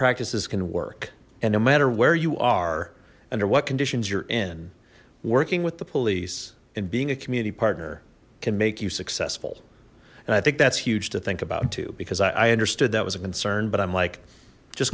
practices can work and no matter where you are under what conditions you're in working with the police and being a community partner can make you successful and i think that's huge to think about too because i understood that was a concern but i'm like just